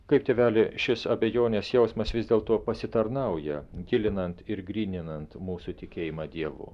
kaip tėveli šis abejonės jausmas vis dėlto pasitarnauja gilinant ir gryninant mūsų tikėjimą dievu